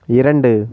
இரண்டு